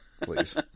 please